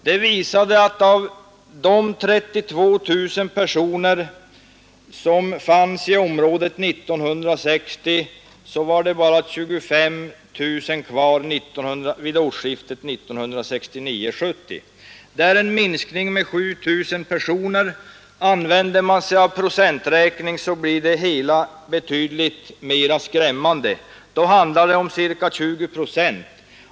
Den visade att av de 32 000 personer som fanns i området 1960 var det bara 25 000 kvar vid årsskiftet 1969-1970. Det är en minskning med 7 000 personer. Använder man procenträkning blir det hela betydligt mera skrämmande: då handlar det om ca 20 procent.